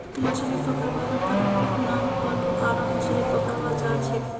मछली पकड़वार पारंपरिक नावत बोठे ओरा मछली पकड़वा जाछेक